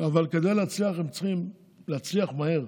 אבל כדי להצליח, הם צריכים להצליח מהר,